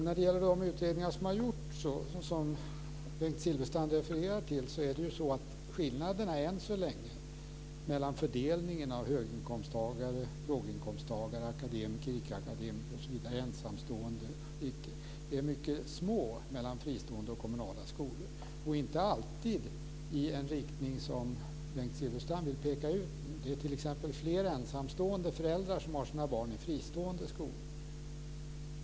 När det gäller de utredningar som har gjorts, som Bengt Silfverstrand refererar till, är skillnaderna i fråga om fördelningen höginkomsttagare-låginkomsttagare, akademiker-icke-akademiker och ensamstående-icke-ensamstående osv. än så länge mycket små mellan fristående och kommunala skolor, och de går inte alltid i den riktning som Bengt Silfverstrand nu pekar på. Det är t.ex. fler ensamstående föräldrar som har sina barn i fristående skolor.